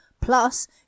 Plus